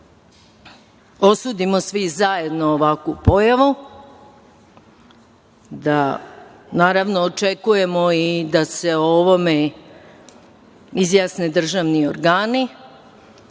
osudimo svi zajedno ovakvu pojavu. Naravno, očekujemo i da se o ovome izjasne državni organi